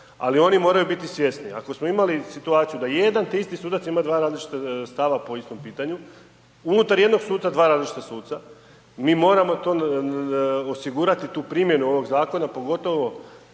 ali oni moraju biti svjesni, ako smo imali situaciju da jedan te isti sudac ima 2 različita stava po istom pitanju, unutar jednog suca dva različita suca, mi moramo to osigurati tu primjenu ovog zakona, pogotovo